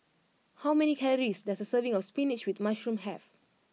how many calories does a serving of Spinach with Mushroom have